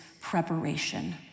preparation